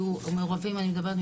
מעורבים אני מדברת,